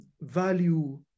value